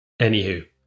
Anywho